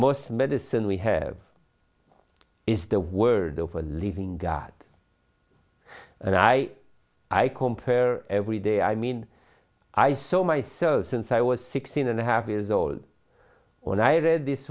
most medicine we have is the word of a living god and i i compare every day i mean i saw myself since i was sixteen and a half years old when i